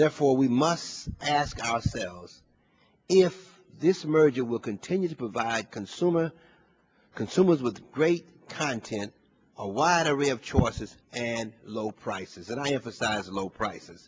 therefore we must ask ourselves if this merger will continue to provide consumer consumers with great content a wide array of choices and low prices and i emphasize low prices